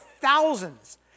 thousands